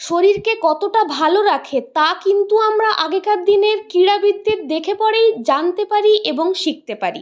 শরীরকে কতটা ভালো রাখে তা কিন্তু আমরা আগেকার দিনের ক্রীড়াবিদদের দেখে পরেই জানতে পারি এবং শিখতে পারি